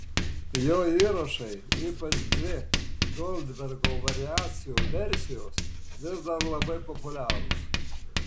jo įrašai ypač dvi goldbergo variacijų versijos vis dar labai populiarūs